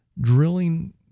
Drilling